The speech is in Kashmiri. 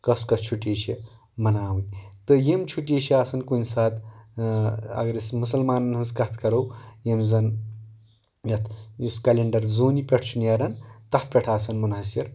کۄس کۄس چھُٹی چھِ مناوٕنۍ تہٕ یِم چھُٹیہِ چھ آسان کُنِہ ساتہٕ اَگر أسۍ مُسلمانَن ہنٛز کَتھ کرو یِم زَن یَتھ یُس کَلیٚنڈر زوٗنہِ پٮ۪ٹھ چھُ نیران تَتھ پٮ۪ٹھ آسان مُنحصِر